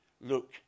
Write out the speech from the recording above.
look